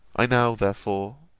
i now therefore,